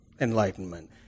enlightenment